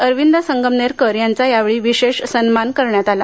अरविंद संगमनेरकर यांचा विशेष सन्मान करण्यात आला